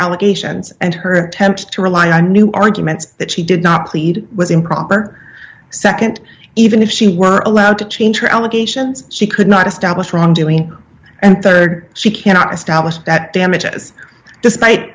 allegations and her attempt to rely on new arguments that she did not plead was improper nd even if she were allowed to change her allegations she could not establish wrongdoing and rd she cannot establish that damages despite